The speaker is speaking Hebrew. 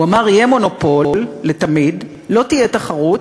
הוא אמר: יהיה מונופול לתמיד, לא תהיה תחרות,